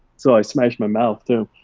so i smashed my mouth too.